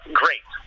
great